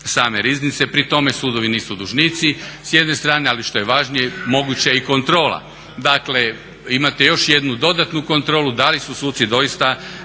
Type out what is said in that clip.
same riznice. Pri tome sudovi nisu dužnici, s jedne strane, ali što je važnije moguća je i kontrola. Dakle, imate još jednu dodatnu kontrolu da li su suci doista